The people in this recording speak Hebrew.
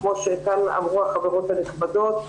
כמו שאמרו כאן החברות הנכבדות,